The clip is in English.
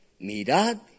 Mirad